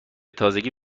تازگی